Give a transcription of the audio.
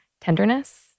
tenderness